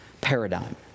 paradigm